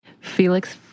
Felix